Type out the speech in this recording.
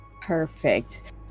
Perfect